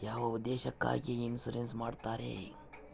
ಯಾವ ಉದ್ದೇಶಕ್ಕಾಗಿ ಇನ್ಸುರೆನ್ಸ್ ಮಾಡ್ತಾರೆ?